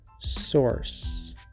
source